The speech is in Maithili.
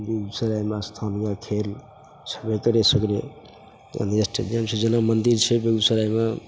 बेगूसरायमे स्थानीय खेल छेबे करै सगरे रेस्ट जेना मन्दिर छै बेगूसरायमे